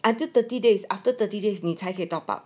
until thirty days after thirty days 你才可以 top up